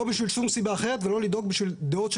לא בשביל שום סיבה אחרת ולא לדאוג בשביל דעות של